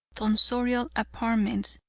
tonsorial apartments,